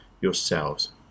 yourselves